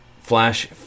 flash